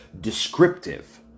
descriptive